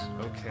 Okay